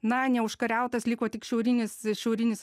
na neužkariautas liko tik šiaurinis šiaurinis